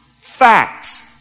facts